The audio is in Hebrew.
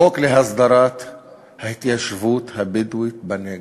החוק להסדרת ההתיישבות הבדואית בנגב.